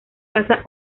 pasa